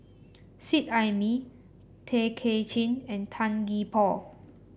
Seet Ai Mee Tay Kay Chin and Tan Gee Paw